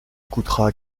coûtera